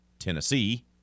Tennessee